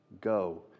Go